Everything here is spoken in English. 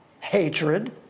hatred